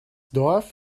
dorf